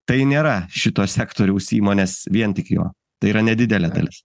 tai nėra šito sektoriaus įmonės vien tik jo tai yra nedidelė dalis